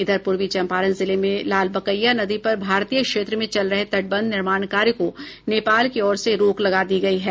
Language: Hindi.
इधर पूर्वी चंपारण जिले में लालबकैया नदी पर भारतीय क्षेत्र में चल रहे तटबंध निर्माण कार्य को नेपाल की ओर से रोक लगा दी गयी है